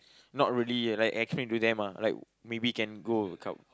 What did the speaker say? not really like explain to them ah like maybe can go